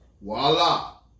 voila